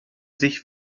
sich